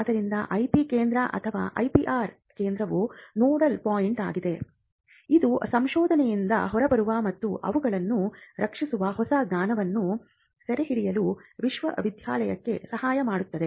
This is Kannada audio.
ಆದ್ದರಿಂದ ಐಪಿ ಕೇಂದ್ರ ಅಥವಾ ಐಪಿಆರ್ ಕೇಂದ್ರವು ನೋಡಲ್ ಪಾಯಿಂಟ್ ಆಗಿದೆ ಇದು ಸಂಶೋಧನೆಯಿಂದ ಹೊರಬರುವ ಮತ್ತು ಅವುಗಳನ್ನು ರಕ್ಷಿಸುವ ಹೊಸ ಜ್ಞಾನವನ್ನು ಸೆರೆಹಿಡಿಯಲು ವಿಶ್ವವಿದ್ಯಾಲಯಕ್ಕೆ ಸಹಾಯ ಮಾಡುತ್ತದೆ